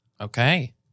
Okay